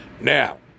Now